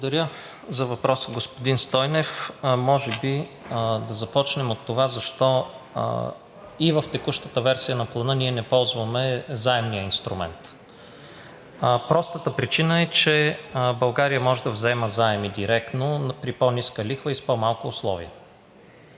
Благодаря за въпроса, господин Стойнев. Може би да започнем от това защо и в текущата версия на Плана ние не ползваме заемния инструмент. Простата причина е, че България може да взема заеми, директни, при по-ниска лихва и с по малко условия.